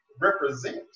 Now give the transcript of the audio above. represent